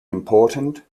important